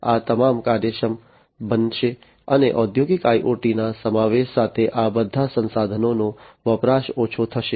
આ તમામ કાર્યક્ષમ બનશે અને ઔદ્યોગિક IoT ના સમાવેશ સાથે આ બધા સંસાધનોનો વપરાશ ઓછો થશે